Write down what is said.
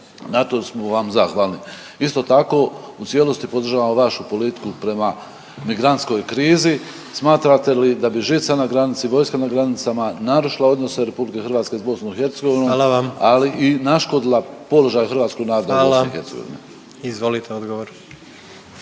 na to smo vam zahvalni. Isto tako u cijelosti podržavamo vašu politiku prema migrantskoj krizi, smatrate li da bi žica na granici, vojska na granicama narušila odnose RH s BiH …/Upadica predsjednik: Hvala vam./… ali i naškodila položaju hrvatskog naroda u BiH? **Jandroković, Gordan (HDZ)** Hvala. Izvolite odgovor.